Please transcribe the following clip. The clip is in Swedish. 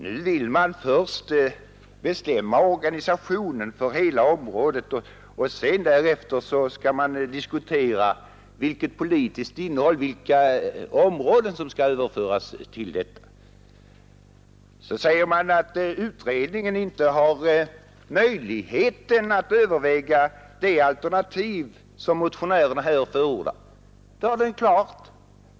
Nu vill man först bestämma organisationen för hela området och därefter diskutera det politiska innehållet och vilka områden som skall överföras. Man säger att beredningen nu inte har möjlighet att överväga det alternativ som motionärerna här förordar. Det har den visst.